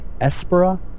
Espera